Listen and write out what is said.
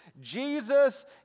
Jesus